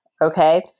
okay